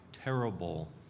terrible